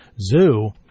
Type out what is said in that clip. zoo